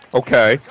okay